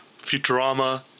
Futurama